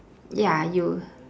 ya you